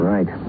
Right